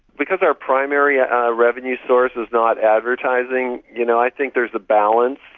because our primary ah revenue source is not advertising, you know i think there's a balance.